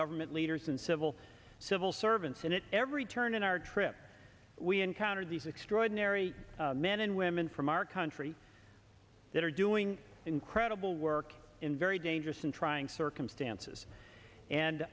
government leaders and civil civil servants and it every turn in our trip we encounter these extraordinary men and women from our country that are doing incredible work in very dangerous and trying circumstances and